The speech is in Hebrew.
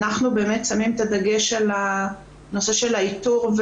אנחנו באמת שמים את הדגש על הנושא של האיתור,